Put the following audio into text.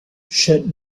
shirt